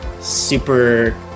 super